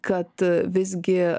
kad visgi